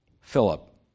Philip